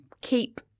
keep